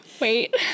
Wait